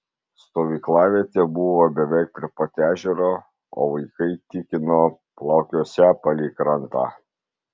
stovyklavietė buvo beveik prie pat ežero o vaikai tikino plaukiosią palei krantą